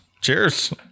Cheers